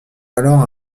alors